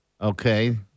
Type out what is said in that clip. Okay